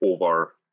over